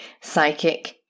psychic